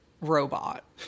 robot